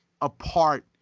apart